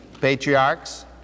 patriarchs